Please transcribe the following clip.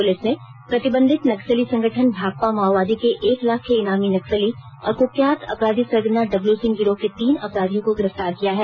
police ने प्रतिबंधित नक्सली संगठन भाकपा माओवादी के एक लाख के इनामी नक्सली और कुख्यात अपराधी सरगना डब्ल सिंह गिरोह के तीन अपराधियों को गिरफ्तार किया है